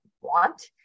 want